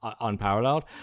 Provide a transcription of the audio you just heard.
unparalleled